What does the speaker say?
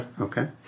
Okay